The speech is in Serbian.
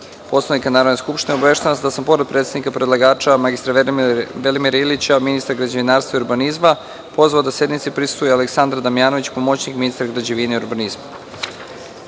Poslovnika Narodne skupštine, obaveštavam vas da sam, pored predstavnika predlagača mr Velimira Ilića, ministra građevinarstva i urbanizma, pozvao da sednici prisustvuje i Aleksandra Damjanović, pomoćnik ministra građevinarstva